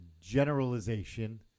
generalization